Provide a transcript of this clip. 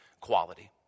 quality